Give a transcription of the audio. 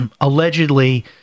allegedly